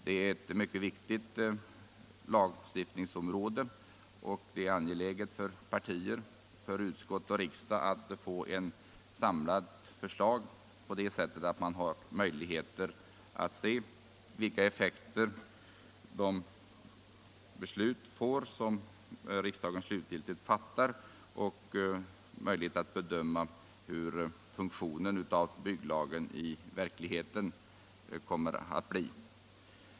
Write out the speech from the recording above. Det är ett mycket viktigt lagstiftningsområde, och det är angeläget för partier, utskott och kammare att få ett samlat förslag, så att.det blir möjligt att se vilka effekter det beslut får som riksdagen slutgiltigt fattar. Det måste alltså finnas möjlighet att bedöma hur bygglagen i verkligheten kommer att fungera.